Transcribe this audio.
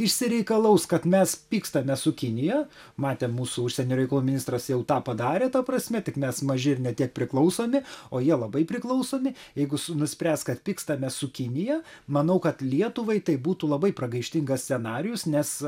išsireikalaus kad mes pykstamės su kinija matėm mūsų užsienio reikalų ministras jau tą padarė ta prasme tik nes maži ir ne tiek priklausomi o jie labai priklausomi jeigu nuspręs kad pykstamės su kinija manau kad lietuvai tai būtų labai pragaištingas scenarijus nes